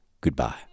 goodbye